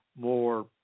more